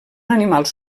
animals